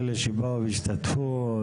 שבאו והשתתפו.